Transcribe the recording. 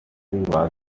was